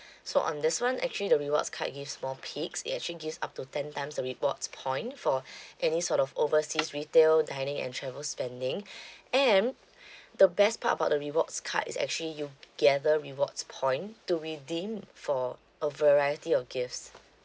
so on this one actually the rewards card gives more peaks it actually gives up to ten times the rewards point for any sort of overseas retail dining and travel spending and the best part about the rewards card is actually you gather rewards point to redeem for a variety of gifts